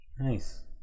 nice